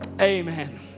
Amen